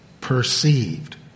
perceived